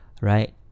right